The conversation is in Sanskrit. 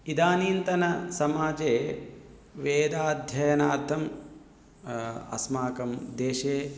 इदानीन्तनसमाजे वेदाध्ययनार्थम् अस्माकं देशे